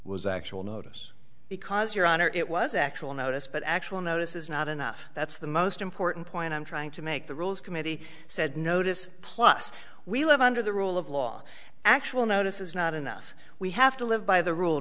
was actual notice because your honor it was actual notice but actual notice is not enough that's the most important point i'm trying to make the rules committee said notice plus we live under the rule of law actual notice is not enough we have to live by the rule